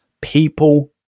people